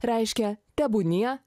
reiškia tebūnie